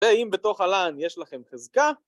ואם בתוך הלן יש לכם חזקה...